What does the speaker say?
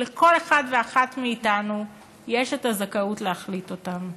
שלכל אחד ואחת מאיתנו יש הזכאות להחליט אותן.